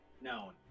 known